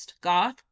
Goth